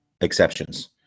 exceptions